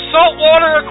Saltwater